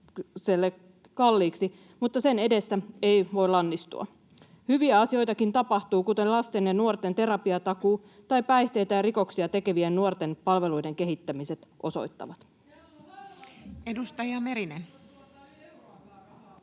mutta sen edessä ei voi lannistua. Hyviäkin asioita tapahtuu, kuten lasten ja nuorten terapiatakuu ja päihteitä ja rikoksia tekevien nuorten palveluiden kehittämiset osoittavat.